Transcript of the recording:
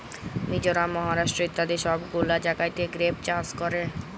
মিজরাম, মহারাষ্ট্র ইত্যাদি সব গুলা জাগাতে গ্রেপ চাষ ক্যরে